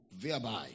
thereby